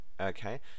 Okay